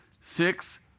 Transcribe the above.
six